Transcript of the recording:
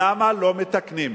למה לא מתקנים?